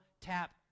Tap